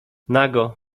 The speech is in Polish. nago